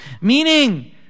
Meaning